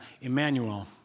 Emmanuel